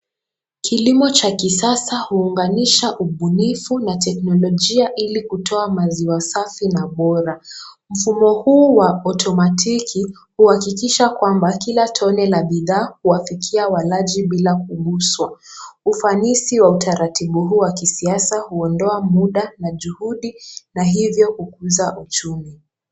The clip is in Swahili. Kilimo cha kisasa, huunganisha ubunifu na teknolojia ili kutoa maziwa safi na bora. Mfumo huu wa automatic uhakikisha kwamba kila tone la bidhaa huwafikia walaji bila kuguswa. Ufanisi wa utaratibu huu wa kisiasa huondoa muda na juhudi na hivyo hukuza uchumi.